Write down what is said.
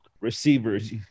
receivers